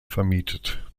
vermietet